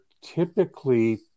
typically